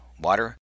water